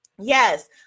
Yes